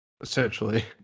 essentially